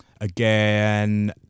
again